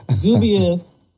dubious